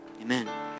Amen